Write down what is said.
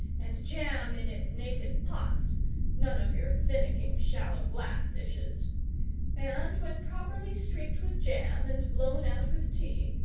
and jam in its native pots none of your finicking shallow glass dishes and, when properly streaked with jam, and blown out with tea,